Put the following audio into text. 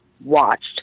watched